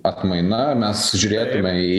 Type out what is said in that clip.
atmaina mes žiūrėtume į